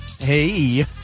Hey